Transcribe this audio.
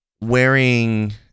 wearing